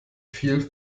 viel